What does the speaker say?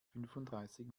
fünfunddreißig